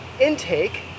intake